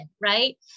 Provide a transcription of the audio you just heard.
Right